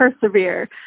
persevere